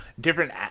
different